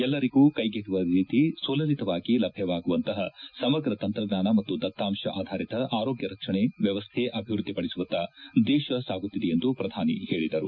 ಎಲ್ಲರಿಗೂ ಕೈಗೆಟಕುವ ರೀತಿ ಸುಲಲಿತವಾಗಿ ಲಭ್ಯವಾಗುವಂತಹ ಸಮಗ್ರ ತಂತ್ರಜ್ಞಾನ ಮತ್ತು ದತ್ತಾಂಶ ಆಧಾರಿತ ಆರೋಗ್ಯ ರಕ್ಷಣೆ ವ್ಯವಸ್ಥೆ ಅಭಿವೃದ್ಧಿ ಪಡಿಸುವತ್ತ ದೇಶ ಸಾಗುತ್ತಿದೆ ಎಂದು ಪ್ರಧಾನಿ ಹೇಳಿದರು